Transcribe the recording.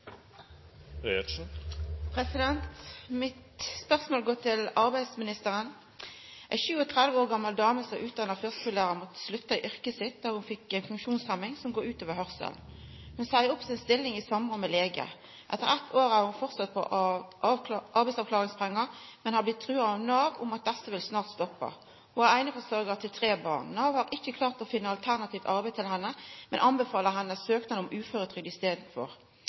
Spørsmålet mitt går til arbeidsministeren: «En 37 år gammel dame som er utdannet førskolelærer, må slutte i yrket sitt da hun har fått en funksjonshemning som går ut over hørselen. Hun sier opp sin stilling i samråd med lege. Etter ett år er hun fortsatt på arbeidsavklaringspenger, men har blitt varslet av Nav om at disse snart vil stoppe. Hun er eneforsørger til tre barn. Nav har ikke klart å finne alternativt arbeid til henne, men anbefaler henne istedenfor søknad om uføretrygd.